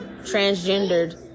transgendered